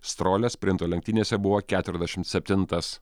strolia sprinto lenktynėse buvo keturiasdešimt septintas